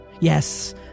Yes